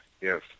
yes